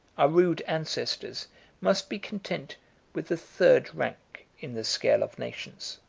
our rude ancestors must be content with the third rank in the scale of nations.